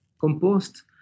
Compost